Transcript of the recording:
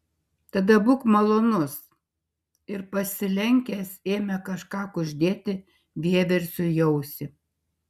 tada būk malonus ir pasilenkęs ėmė kažką kuždėti vieversiui į ausį